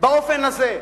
באופן הזה.